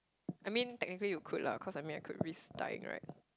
I mean technically you could lah cause I mean I could risk dying right